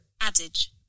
adage